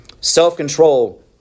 Self-control